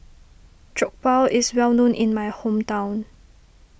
Jokbal is well known in my hometown